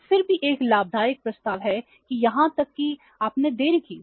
तो फिर भी एक लाभदायक प्रस्ताव है कि यहां तक कि आपने देरी की